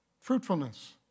Fruitfulness